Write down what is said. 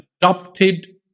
adopted